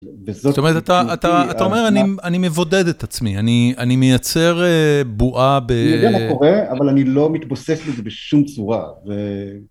זאת אומרת, אתה אומר, אני מבודד את עצמי, אני מייצר בועה ב... אני יודע מה קורה, אבל אני לא מתבוסס בזה בשום צורה.